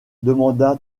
demanda